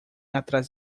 atrás